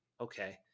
okay